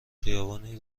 خیابانی